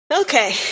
Okay